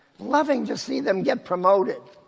loving to see them get promoted.